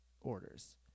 orders